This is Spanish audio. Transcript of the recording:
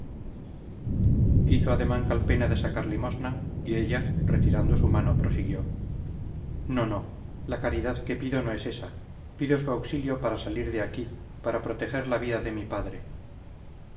desgraciada hizo ademán calpena de sacar limosna y ella retirando su mano prosiguió no no la caridad que pido no es esa pido su auxilio para salir de aquí para proteger la vida de mi padre